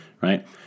right